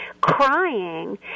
crying